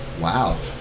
Wow